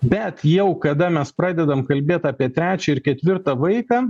bet jau kada mes pradedam kalbėt apie trečią ir ketvirtą vaiką